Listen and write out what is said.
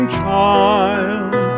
child